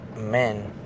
men